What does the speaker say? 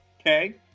okay